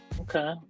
Okay